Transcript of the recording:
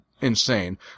insane